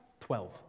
Twelve